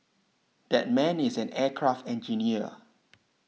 that man is an aircraft engineer